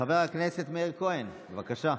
חבר הכנסת מאיר כהן, בבקשה.